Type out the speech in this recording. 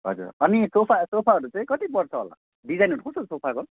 हजुर अनि सोफा सोफाहरू चाहिँ कति पर्छ होला डिजाइनहरू कस्तो छ सोफाको